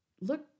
look